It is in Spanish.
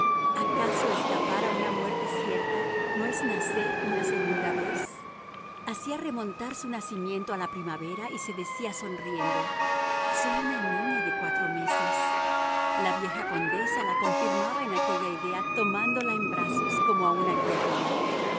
acaso escapar a una muerte cierta no es nacer una segunda vez hacía remontar su nacimiento a la primavera y se decía sonriendo soy una niña de cuatro meses la vieja condesa la confirmaba en aquella idea tomándola en brazos como a una criatura